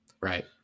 right